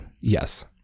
yes